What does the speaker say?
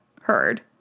heard